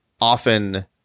often